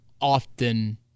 often